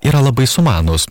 yra labai sumanūs